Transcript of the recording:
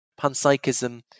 panpsychism